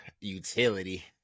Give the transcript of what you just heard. utility